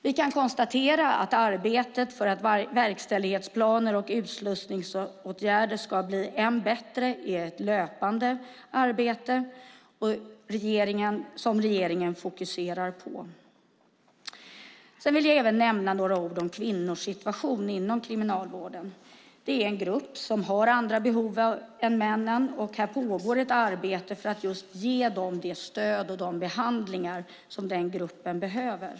Vi kan konstatera att arbetet för att verkställighetsplaner och utslussningsåtgärder ska bli än bättre är ett löpande arbete som regeringen fokuserar på. Jag vill även nämna några ord om kvinnors situation inom kriminalvården. Det är en grupp som har andra behov än männen, och här pågår ett arbete för att ge det stöd och de behandlingar som den gruppen behöver.